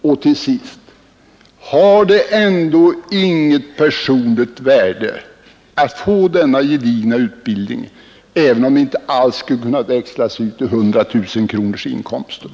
Slutligen: Har det ändå inget personligt värde att få denna gedigna utbildning även om inte allt skulle kunna växlas ut i hundratusenkronorsinkomster?